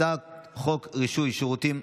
הצעת חוק רישוי שירותים,